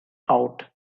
out